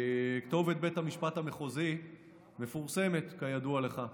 כתובת בית המשפט המחוזי מפורסמת, כידוע לך,